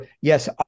Yes